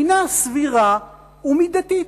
הינה סבירה ומידתית.